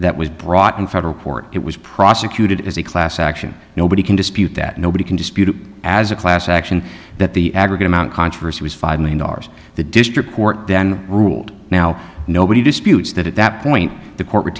that was brought in federal court it was prosecuted as a class action nobody can dispute that nobody can dispute as a class action that the aggregate amount of controversy was five million dollars the district court then ruled now nobody disputes that at that point the co